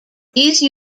these